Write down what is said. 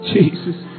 Jesus